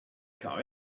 car